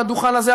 על הדוכן הזה,